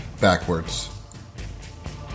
backwards